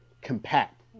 compact